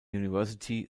university